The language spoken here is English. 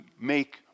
make